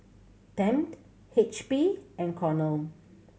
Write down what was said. Tempt H P and Cornell